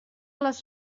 les